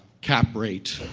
cap rate,